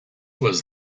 was